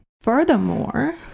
Furthermore